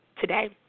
today